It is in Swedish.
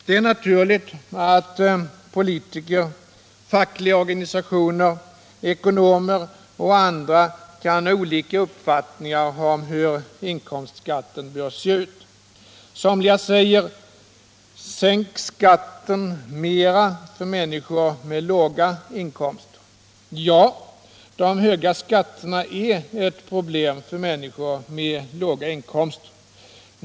Det är naturligt att politiker, fackliga organisationer, ekonomer och andra kan ha olika uppfattningar om hur inkomstskatten bör se ut. Somliga säger: Sänk skatten mera för människor med låga inkomster! Ja, de höga skatterna är ett problem för människor med låga inkomster.